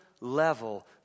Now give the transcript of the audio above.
level